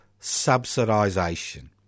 subsidisation